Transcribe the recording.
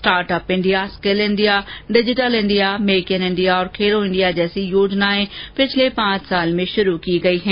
startup India skill India digital India make in India और Khelo India र्जसी योजनाए पिछले पांच वर्ष में शुरू की गई हैं